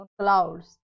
clouds